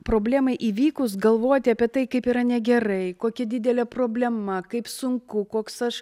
problemai įvykus galvoti apie tai kaip yra negerai kokia didelė problema kaip sunku koks aš